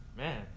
man